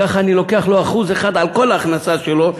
כך אני לוקח לו 1% על כל ההכנסה שלו.